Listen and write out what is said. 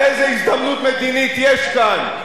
איזו הזדמנות מדינית יש כאן?